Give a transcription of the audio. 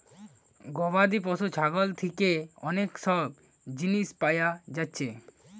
গবাদি পশু ছাগল থিকে অনেক সব জিনিস পায়া যাচ্ছে